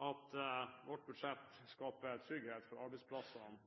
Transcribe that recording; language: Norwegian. at vårt budsjett skaper trygghet for arbeidsplassene